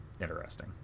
interesting